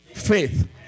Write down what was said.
faith